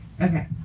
Okay